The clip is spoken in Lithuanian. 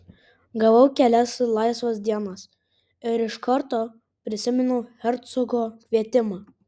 gavau kelias laisvas dienas ir iš karto prisiminiau hercogo kvietimą